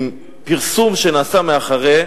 עם פרסום שנעשה מאחורי,